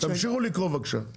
תמשיכו לקרוא, בבקשה.